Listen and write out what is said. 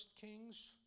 Kings